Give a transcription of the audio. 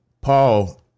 Paul